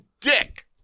dick